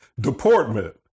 deportment